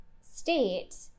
state